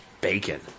bacon